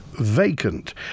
Vacant